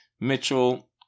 Mitchell